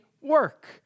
work